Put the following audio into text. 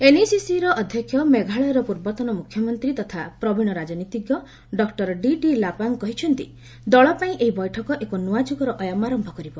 ଏନ୍ଇସିସିର ଅଧ୍ୟକ୍ଷ ମେଘାଳୟର ପୂର୍ବତନ ମୁଖ୍ୟମନ୍ତ୍ରୀ ତଥା ପ୍ରବୀଣ ରାଜନୀତିଜ୍ଞ ଡକ୍କର ଡିଡି ଲାପାଙ୍ଗ୍ କହିଛନ୍ତି ଦଳ ପାଇଁ ଏହି ବୈଠକ ଏକ ନୂଆ ଯୁଗର ଅୟମାରମ୍ଭ କରିବ